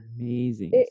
amazing